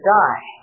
die